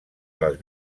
dels